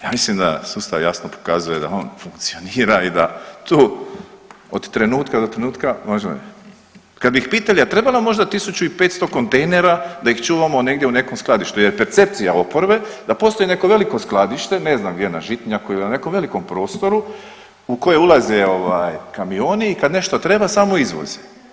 Ja mislim da sustav jasno pokazuje da on funkcionira i da tu od trenutka do trenutka možemo … Kad bi ih pitali, a treba nam možda 1.500 kontejnera da ih čuvamo negdje u nekom skladištu jer je percepcija oporbe da postoji neko veliko skladište ne znam gdje na Žitnjaku ili na nekom velikom prostoru u koje ulaze ovaj kamioni i kad nešto treba samo izvoze.